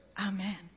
Amen